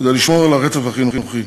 כדי לשמור על הרצף החינוכי,